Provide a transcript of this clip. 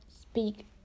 speak